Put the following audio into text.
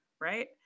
Right